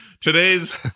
Today's